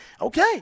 okay